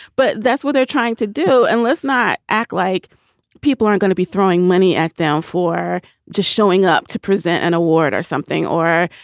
but that's what they're trying to do. and let's not act like people aren't gonna be throwing money at them for just showing up to present an award or something. or,